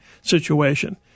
situation